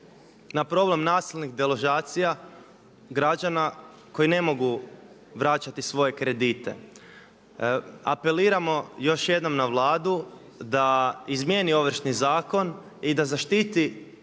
na problem nasilnih deložacija građana koji ne mogu vraćati svoje kredite. Apeliramo još jednom na Vladu da izmijeni Ovršni zakon i da zaštiti